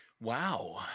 Wow